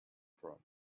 from